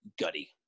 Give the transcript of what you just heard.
gutty